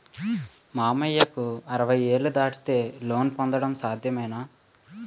మామయ్యకు అరవై ఏళ్లు దాటితే లోన్ పొందడం సాధ్యమేనా?